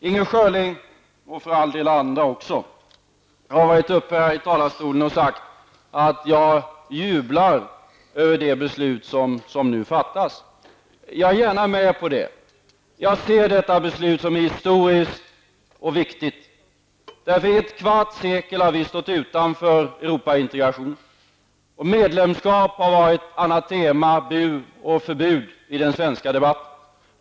Inger Schörling och även andra har varit uppe i talarstolen och sagt att jag jublar över det beslut som nu fattas. Jag är gärna med på det. Jag ser detta beslut som historiskt och viktigt. Under ett kvarts sekel har vi nämligen stått utanför Europaintegrationen, och medlemskap har varit anatema och förbud i den svenska debatten.